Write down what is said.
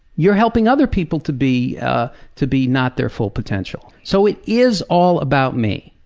you're helping other people to be ah to be not their full potential, so it is all about me.